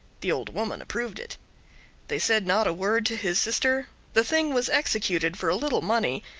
the old woman approved it they said not a word to his sister the thing was executed for a little money,